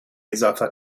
اضافه